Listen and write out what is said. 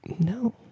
No